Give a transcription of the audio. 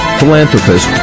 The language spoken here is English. philanthropist